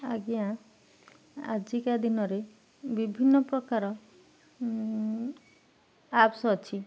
ଆଜ୍ଞା ଆଜିକା ଦିନରେ ବିଭିନ୍ନ ପ୍ରକାର ଆପ୍ସ ଅଛି